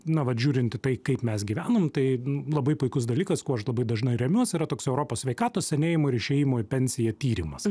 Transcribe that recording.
na vat žiūrint į tai kaip mes gyvenom tai labai puikus dalykas kuo aš labai dažnai remiuosi yra toks europos sveikatos senėjimo ir išėjimo į pensiją tyrimas